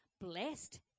Blessed